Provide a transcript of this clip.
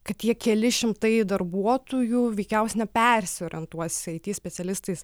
kad tie keli šimtai darbuotojų veikiausiai nepersiorientuos it specialistais